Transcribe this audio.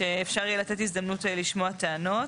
שאפשר יהיה לתת הזדמנות לשמוע טענות,